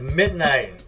midnight